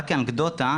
רק כאנקדוטה,